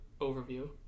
overview